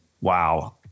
wow